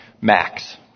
Max